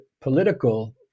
political